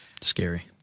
scary